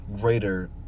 greater